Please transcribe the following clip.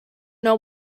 know